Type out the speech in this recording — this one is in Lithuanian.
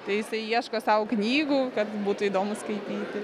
tai jisai ieško sau knygų kad būtų įdomu skaityti